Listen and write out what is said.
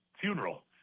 funeral